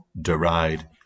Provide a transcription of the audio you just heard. deride